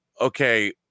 okay